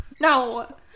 No